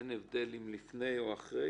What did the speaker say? אין הבדל אם זה לפני או אחרי?